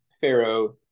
Pharaoh